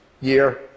year